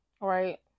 right